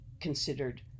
considered